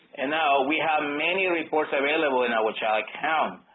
and now we have many reports available in our child count.